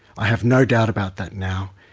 i have no doubt about that now,